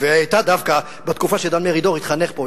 והיא היתה דווקא בתקופה שדן מרידור התחנך פה,